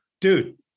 dude